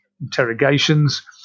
interrogations